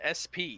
sp